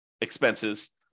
expenses